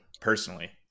personally